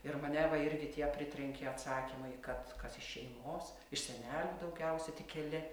ir mane va irgi tie pritrenkė atsakymai kad kas iš šeimos iš senelių daugiausia tik keli